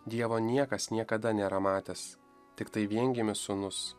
dievo niekas niekada nėra matęs tiktai viengimis sūnus